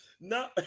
No